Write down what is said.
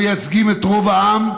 המייצגים את רוב העם,